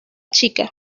chica